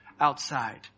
outside